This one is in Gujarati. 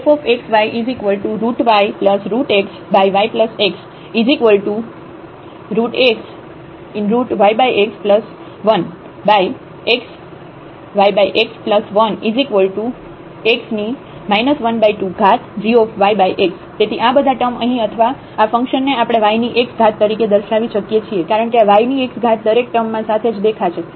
fxyyxyxxyx1xyx1x 12 gyx તેથી આ બધા ટર્મ અહીં અથવા આ ફંક્શન ને આપણે y ની x ઘાત તરીકે દર્શાવી શકીએ છીએ કારણ કે આ y ની x ઘાત દરેક ટર્મમાં સાથેજ દેખાશે